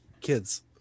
kids